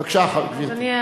בבקשה, גברתי.